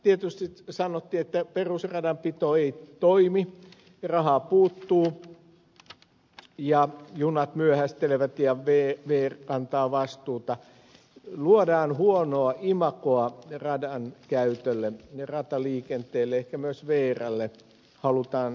tietysti sanottiin että perusradanpito ei toimi rahaa puuttuu ja junat myöhästelevät ja vr kantaa vastuuta luodaan huonoa imagoa radan käytölle rataliikenteelle ehkä myös vrlle halutaan sitä luoda